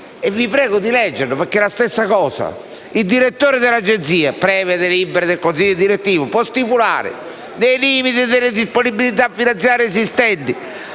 e vi prego di leggerlo, perché è la stessa cosa: «Il Direttore dell'agenzia, previa delibera del Consiglio direttivo, può stipulare, nei limiti delle disponibilità finanziarie esistenti